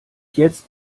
jetzt